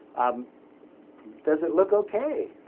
um does it look okay,